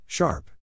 Sharp